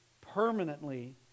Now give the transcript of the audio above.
permanently